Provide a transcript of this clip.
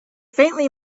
faintly